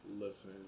Listen